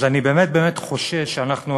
אז אני באמת באמת חושש שאנחנו,